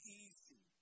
easy